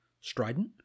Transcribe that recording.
strident